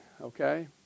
okay